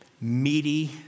meaty